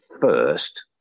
first